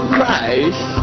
Christ